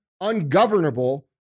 ungovernable